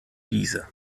wiese